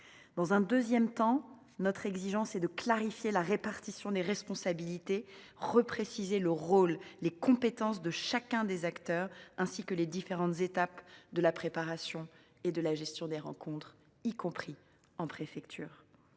Dans un deuxième temps, notre exigence sera de clarifier les responsabilités, rôles et compétences de chacun des acteurs, ainsi que les différentes étapes de préparation et de gestion des rencontres, y compris en préfecture.